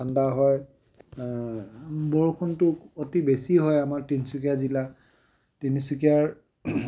ঠাণ্ডা হয় বৰষুণটো অতি বেছি হয় আমাৰ তিনিচুকীয়া জিলা তিনিচুকীয়াৰ